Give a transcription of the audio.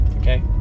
okay